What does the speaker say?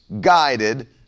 guided